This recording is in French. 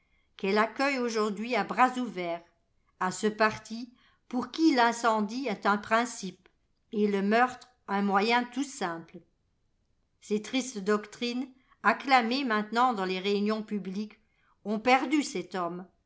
qu'elle accueille aujourd'hui à bras ouverts à ce parti pour qui l'incendie est un principe et le meurtre un moyen tout simple ces tristes doctrines acclamées maintenant dans les réunions pubhques ont perdu cet homme